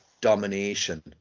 domination